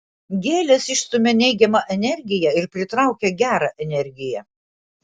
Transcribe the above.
gėlės išstumia neigiamą energiją ir pritraukia gerą energiją